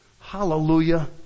Hallelujah